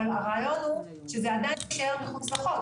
אבל הרעיון הוא שזה עדיין יישאר מחוץ לחוק,